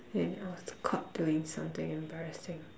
when I was caught doing something embarrassing